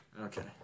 Okay